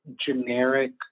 generic